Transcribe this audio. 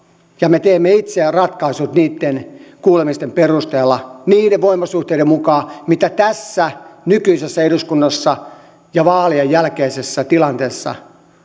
ja me teemme itse ratkaisut niitten kuulemisten perusteella niiden voimasuhteiden mukaan mitä tässä nykyisessä eduskunnassa ja vaalien jälkeisessä tilanteessa